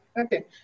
okay